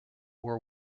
were